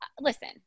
Listen